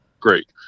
Great